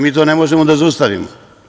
Mi to ne možemo da zaustavimo.